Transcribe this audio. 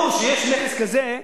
ברור שכשיש מכס כזה,